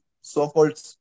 so-called